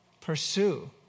pursue